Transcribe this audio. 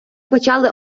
почали